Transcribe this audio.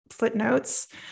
footnotes